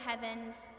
heavens